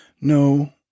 No